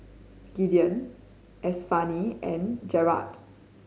Gideon Estefany and Gerard